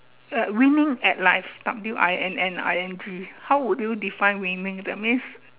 uh winning at life W I N N I N G how would you define winning that means